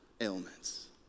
ailments